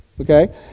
Okay